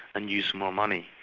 and use more money,